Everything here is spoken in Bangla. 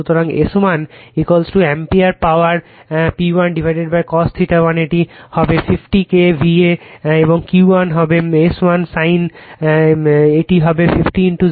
সুতরাং S 1 ampere power P1 cos θ 1এটি হবে 50 K VA এবং Q 1 হবে S 1 sin একটি হবে 50 08 40 kVAr